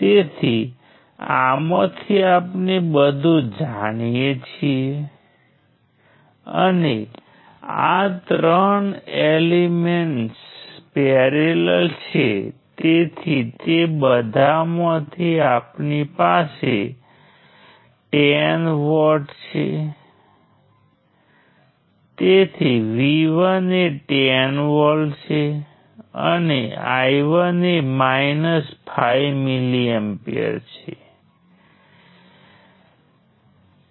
તો આમાં હું એક લૂપ દ્વારા બ્રાન્ચ નંબર 1 ઉમેરીશ બ્રાન્ચ નંબર 2 ને હું બીજો લૂપ બનાવું છું બ્રાન્ચ નંબર 4 ને હું બીજો લૂપ બનાવું છું બ્રાન્ચ નંબર 5 અન્ય લૂપ અને બ્રાન્ચ નંબર 8 અન્ય લૂપ બનાવું છું